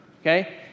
okay